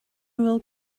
bhfuil